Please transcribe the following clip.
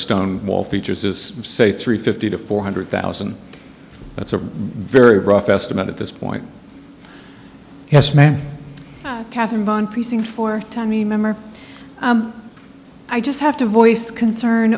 stone wall features is say three fifty to four hundred thousand that's a very rough estimate at this point yes ma'am catherine bond precinct for time remember i just have to voice concern